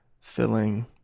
filling